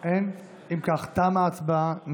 תמה ההצבעה.